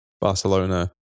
Barcelona